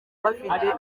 bafite